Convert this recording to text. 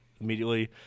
immediately